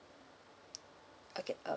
okay uh